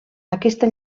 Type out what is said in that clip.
aquesta